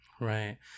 Right